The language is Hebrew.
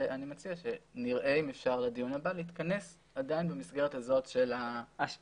ואני מציע שנראה אם אפשר לדיון הבא להתכנס במסגרת הזאת של המועדים.